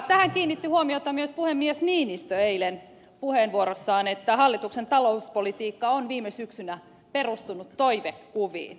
tähän kiinnitti huomiota myös puhemies niinistö eilen puheenvuorossaan että hallituksen talouspolitiikka on viime syksynä perustunut toivekuviin